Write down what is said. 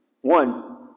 One